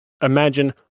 Imagine